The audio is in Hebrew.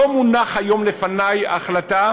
אז קודם כול אני רוצה להבהיר: לא מונחת היום לפני החלטה